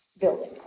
building